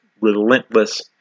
relentless